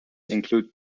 include